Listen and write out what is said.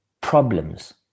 problems